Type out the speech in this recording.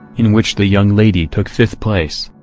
in which the young lady took fifth place.